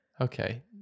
okay